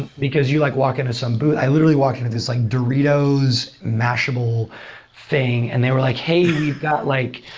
because you like walk into some booth i literally walked into this like doritos mashable thing and they were like, hey, we've got like